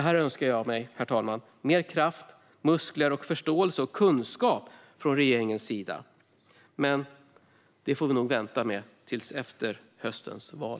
Här önskar jag mer kraft, muskler, förståelse och kunskap från regeringens sida. Men det får vi nog vänta på till efter höstens val.